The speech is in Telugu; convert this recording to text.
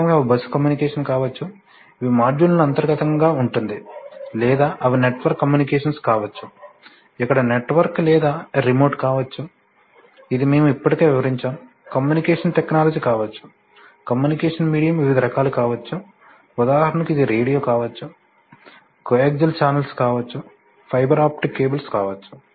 వాస్తవానికి అవి బస్సు కమ్యూనికేషన్ కావచ్చు ఇవి మాడ్యూళ్ళకు అంతర్గతంగా ఉంటుంది లేదా అవి నెట్వర్క్ కమ్యూనికేషన్స్ కావచ్చు ఇక్కడ నెట్వర్క్ లేదా రిమోట్ కావచ్చు ఇది మేము ఇప్పటికే వివరించాము కమ్యూనికేషన్ టెక్నాలజీ కావచ్చు కమ్యూనికేషన్ మీడియం వివిధ రకాలు కావచ్చు ఉదాహరణకు ఇది రేడియో కావచ్చు కోయాక్సిల్ చానెల్స్ కావచ్చు ఫైబర్ ఆప్టిక్ కేబుల్స్ కావచ్చు